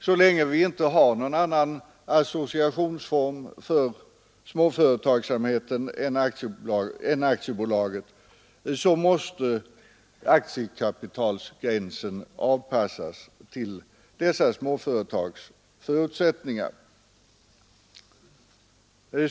Så länge vi inte har någon annan associationsform för småföretagsamheten än aktiebolaget måste aktiekapitalsgränsen avpassas till dessa små företags förutsättningar.